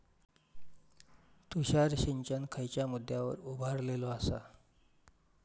तुषार सिंचन खयच्या मुद्द्यांवर उभारलेलो आसा?